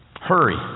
Hurry